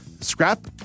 scrap